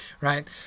right